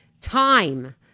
time